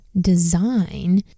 design